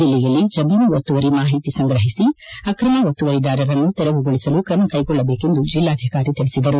ಜಿಲ್ಲೆಯಲ್ಲಿ ಜಮೀನು ಒತ್ತುವರಿ ಮಾಹಿತಿ ಸಂಗ್ರಹಿಸಿ ಅಕ್ರಮ ಒತ್ತುವರಿದಾರರನ್ನು ತೆರವುಗೊಳಿಸಲು ಕ್ರಮ ಕೈಗೊಳ್ಳಬೇಕೆಂದು ಜಿಲ್ಲಾಧಿಕಾರಿ ತಿಳಿಸಿದರು